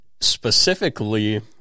specifically